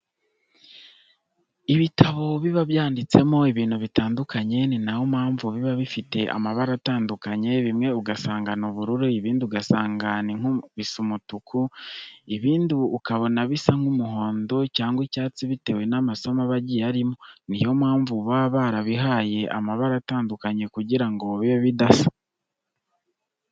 Ibitabo biba byanditsemo ibintu bitandukanye, ni nayo mpamvu biba bifite amabara atanadukanye, bimwe ugasanga ni ubururu, ibindi ugasanga bisa nk'umutuku, ibindi ukabona bisa nk'umuhondo cyangwa icyatsi bitewe n'amasomo aba agiye arimo. Niyo mpamvu baba barabihaye amabara atandukanye kugira ngo bibe bidasa.